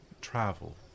travel